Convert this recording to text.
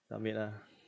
submit ah